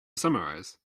summarize